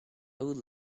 would